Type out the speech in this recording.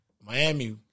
Miami